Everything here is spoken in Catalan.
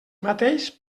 mateix